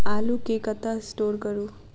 आलु केँ कतह स्टोर करू?